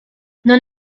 non